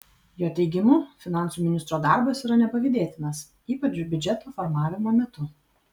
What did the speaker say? jo teigimu finansų ministro darbas yra nepavydėtinas ypač biudžeto formavimo metu